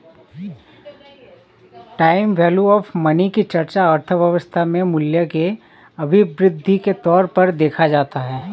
time value of money की चर्चा अर्थव्यवस्था में मूल्य के अभिवृद्धि के तौर पर देखा जाता है